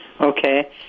Okay